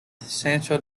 sancho